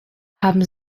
haben